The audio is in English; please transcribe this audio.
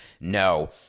No